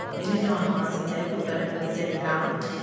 Amazon मा सिंचाई के उपकरण मिलिस जाही का?